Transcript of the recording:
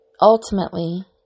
ultimately